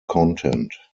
content